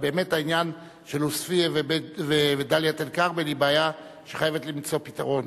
אבל באמת העניין של עוספיא ודאלית-אל-כרמל הוא בעיה שחייבת למצוא פתרון.